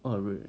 oh real